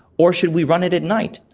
or should we run it at night?